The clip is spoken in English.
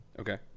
Okay